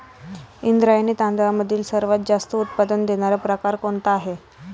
इंद्रायणी तांदळामधील सर्वात जास्त उत्पादन देणारा प्रकार कोणता आहे?